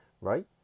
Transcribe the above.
right